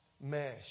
mesh